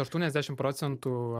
aštuoniasdešim procentų